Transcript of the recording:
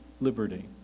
liberty